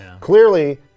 Clearly